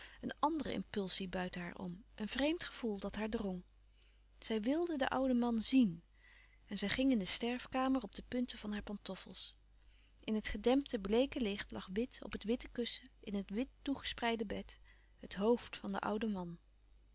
een andere impulsie buiten haar om een vreemd gevoel dat haar drong zij wilde den ouden man zien en zij ging in de sterfkamer op de punten van haar pantoffels in het gedempte bleeke licht lag wit op het witte kussen in het wit toegespreide bed het hoofd van den ouden man